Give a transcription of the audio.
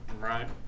right